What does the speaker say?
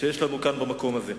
שיש לנו כאן במקום הזה.